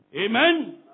Amen